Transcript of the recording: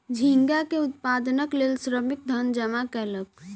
झींगा के उत्पादनक लेल श्रमिक धन जमा कयलक